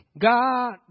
God